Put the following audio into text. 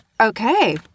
Okay